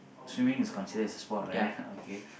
swimming is considered as a sport right okay